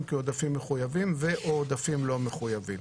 כעודפים מחויבים או עודפים לא מחויבים.